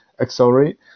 accelerate